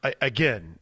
Again –